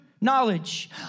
knowledge